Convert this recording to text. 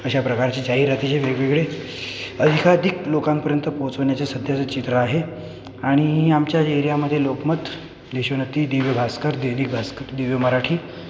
अशा प्रकारचे जाहिराती जे वेगवेगळे अधिकाधिक लोकांपर्यंत पोहोचवण्याचे सध्याचं चित्र आहे आणि आमच्याच एरियामध्ये लोकमत देशोन्नती दिव्य भास्कर दैनिक भास्कर दिव्य मराठी